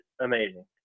amazing